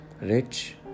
rich